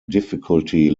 difficulty